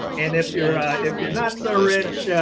and if you're ah if you're not so rich, yeah